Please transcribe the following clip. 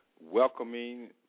Welcoming